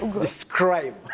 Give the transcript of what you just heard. describe